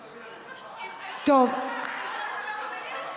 אי-אפשר לדבר במליאה הזאת.